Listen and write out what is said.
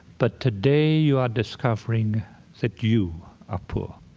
but today you are discovering that you are poor